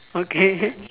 okay